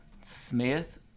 Smith